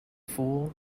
fool